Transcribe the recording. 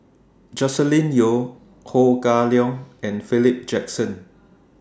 Joscelin Yeo Ho Kah Leong and Philip Jackson